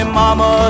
mama